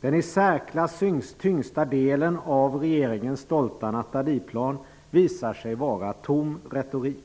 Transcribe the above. Den i särklass tyngsta delen av regeringens stolta Nathalieplan visar sig vara tom retorik.